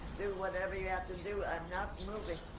do whatever you have to do. i'm not moving!